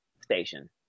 station